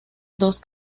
dos